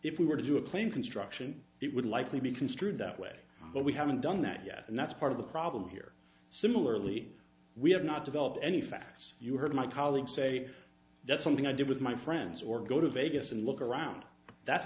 if we were to do a claim construction it would likely be construed that way but we haven't done that yet and that's part of the problem here similarly we have not developed any facts you heard my colleagues say that's something i did with my friends or go to vegas and look around that's